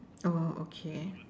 oh okay